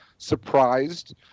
surprised